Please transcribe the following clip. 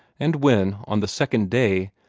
and when, on the second day,